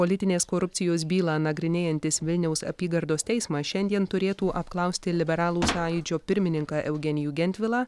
politinės korupcijos bylą nagrinėjantis vilniaus apygardos teismas šiandien turėtų apklausti liberalų sąjūdžio pirmininką eugenijų gentvilą